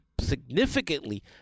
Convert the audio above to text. significantly